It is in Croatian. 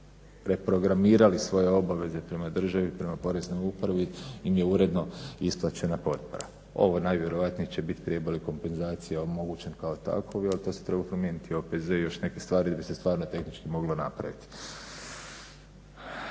izreprogramirali svoje obveze prema državi, prema poreznoj upravi im je uredno isplaćena potpora. Ovo najvjerojatnije će biti … kompenzacija omogućen kao takov jer to se treba promijeniti OPZ i još neke stvari da bi se stvarno tehnički moglo napraviti.